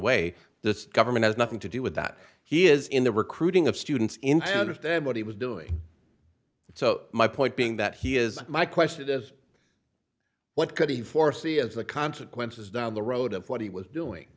way the government has nothing to do with that he is in the recruiting of students into understand what he was doing so my point being that he is my question is what could he foresee as the consequences down the road of what he was doing